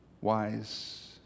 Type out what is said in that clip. wise